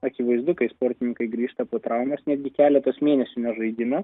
akivaizdu kai sportininkai grįžta po traumos netgi keletos mėnesių nežaidimo